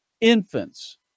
infants